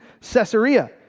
Caesarea